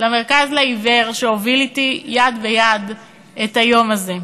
ל"מרכז לעיוור", שהוביל אתי יד ביד את היום הזה,